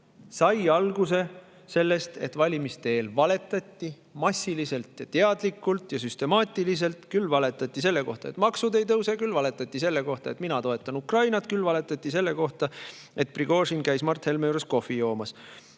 Sai alguse sellest, et valimiste eel valetati massiliselt, teadlikult ja süstemaatiliselt. Küll valetati selle kohta, et maksud ei tõuse, küll valetati selle kohta, et [nad toetavad] Ukrainat, küll valetati selle kohta, et Prigožin käis Mart Helme juures kohvi joomas.